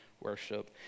worship